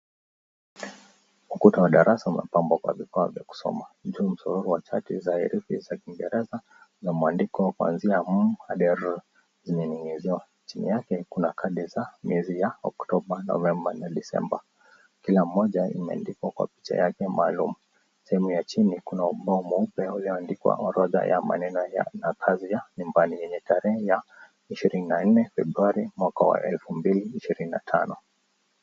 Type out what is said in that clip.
Ukuta wa darasa umepambwa kwa vifaa vya kusoma. Juu msororo wa chati za herufi za Kiingereza za mwandiko kuanzia M hadi R zimenyinyiziwa. Chini yake kuna kadi za miezi ya Oktoba, Novemba na Desemba. Kila mmoja imeandikwa kwa picha yake maalum. Sehemu ya chini kuna ubao mweupe ulioandikwa orodha ya maneno ya na kazi ya nyumbani yenye tarehe ya ishirini na nne Februari mwaka wa elfu mbili ishirini na tano.